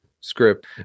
script